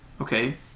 okay